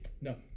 No